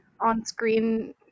on-screen